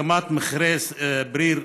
הקמת מכרה בריר,